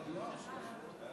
גברתי היושבת-ראש,